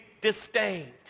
disdained